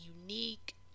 unique